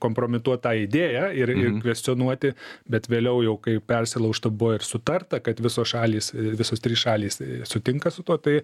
kompromituot tą idėją ir kvestionuoti bet vėliau jau kai persilaužta buvo ir sutarta kad visos šalys visos trys šalys sutinka su tuo tai